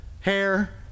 Hair